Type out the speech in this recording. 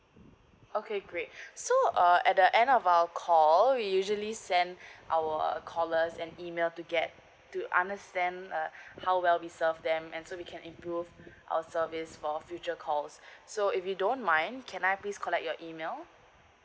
okay great so uh at the end of our call we usually send our callers an email to get to understand uh how well we serve them and so we can improve our service for future calls so if you don't mind can I please collect your email